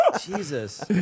jesus